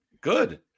good